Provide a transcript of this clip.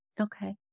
Okay